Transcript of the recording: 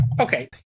Okay